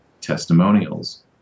testimonials